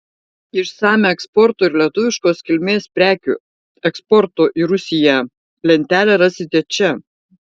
išsamią eksporto ir lietuviškos kilmės prekių eksporto į rusiją lentelę rasite čia